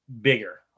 bigger